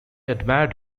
admired